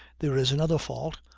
there is another fault,